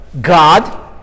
God